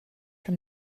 from